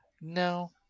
no